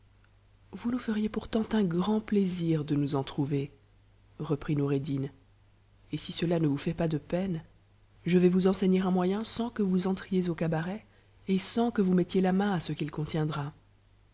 vous nous feriez pourtant un grand plaisir de nous en trouver reprit noureddin et si cela ne vous fait pas de peine je vais vous enseisuer un moyen sans que vous entriez au cabaret et sans que vous mettiez main à ce qu'il contiendra